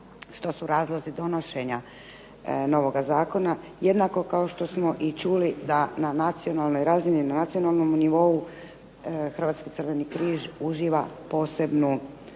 što su razlozi donošenja novog Zakona jednako kao što smo uči da na nacionalnoj razini, na nacionalnom nivou Hrvatski crveni križ uživa posebnu